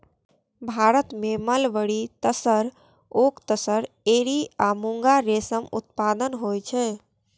भारत मे mulberry, tasar, oak tasar, eri आ मूंगा रेशमक उत्पादन होइ छै